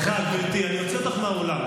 סליחה, גברתי, אני אוציא אותך מהאולם.